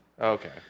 okay